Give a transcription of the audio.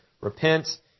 repent